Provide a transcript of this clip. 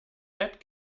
bat